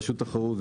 רשות התחרות,